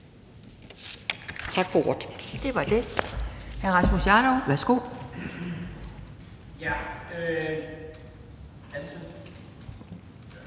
Tak for ordet. Det er helt